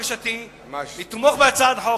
לכן, אדוני, אני חוזר על בקשתי לתמוך בהצעת החוק.